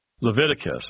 Leviticus